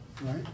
right